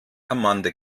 amanda